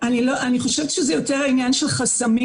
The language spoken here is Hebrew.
אני חושבת שזה יותר עניין של חסמים,